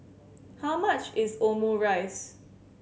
how much is Omurice